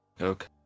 Okay